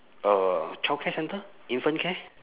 uh childcare centre infant care